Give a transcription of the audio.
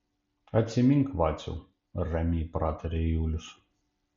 atsimink vaciau ramiai prataria julius